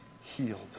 healed